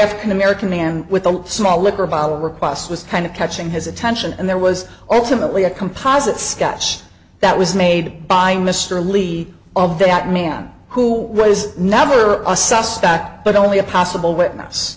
african american man with the small liquor bottle requests was kind of catching his attention and there was ultimately a composite sketch that was made by mr levy of that man who was never a suspect but only a possible